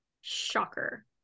Shocker